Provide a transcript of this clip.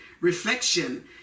reflection